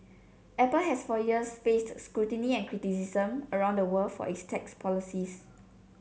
apple has for years faced scrutiny and criticism around the world for its tax policies